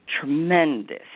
tremendous